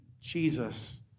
Jesus